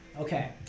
Okay